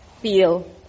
feel